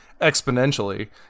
exponentially